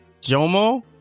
Jomo